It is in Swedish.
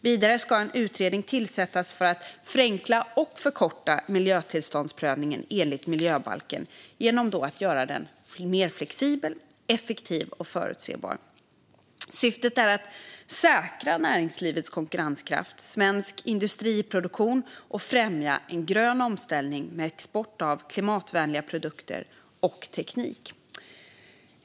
Vidare ska en utredning tillsättas för att förenkla och förkorta miljötillståndsprövningen enligt miljöbalken genom att göra den mer flexibel, effektiv och förutsebar. Syftet är att säkra näringslivets konkurrenskraft och svensk industriproduktion och främja en grön omställning med export av klimatvänliga produkter och teknik.